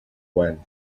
when